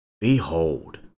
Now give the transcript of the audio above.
behold